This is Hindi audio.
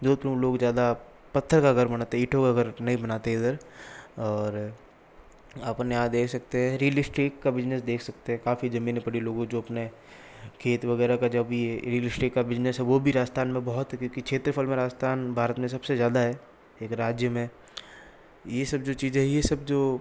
जोधपुर में लोग ज़्यादा पत्थर का घर बनाते हैं ईटों का घर नहीं बनाते इधर और अपने यहाँ देख सकते हैं रियल एस्टेट का बिज़नेस देख सकते काफ़ी ज़मीन पड़ी जो लोग अपने खेत वगैरह का जब यह रियल स्टेट का बिज़नेस है वह भी बहुत है क्योंकि क्षेत्रफल में राजस्थान भारत में सबसे ज़्यादा है एक राज्य में यह सब जो चीज़ें है यह सब जो